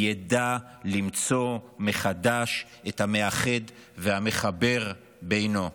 ידע למצוא מחדש את המאחד והמחבר אותו.